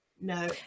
no